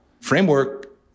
framework